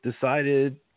decided